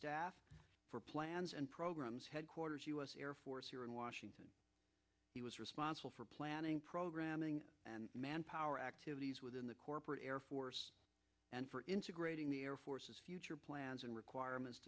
staff for plans and programs headquarters u s air force here in washington he was responsible for planning programming and manpower activities within the corporate air force and for integrating the air force's future plans and requirements